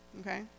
okay